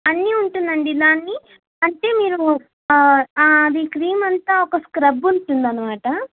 అన్నీ ఉంటుందండి దాన్ని అంటే మీరు అది క్రీమ్ అంతా ఒక స్క్రబ్ ఉంటుందనమాట